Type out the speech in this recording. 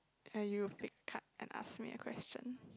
let you pick card and ask me a question